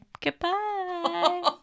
Goodbye